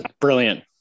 Brilliant